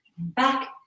Back